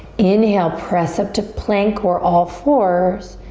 inhale, press up to plank or all fours.